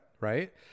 right